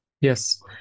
Yes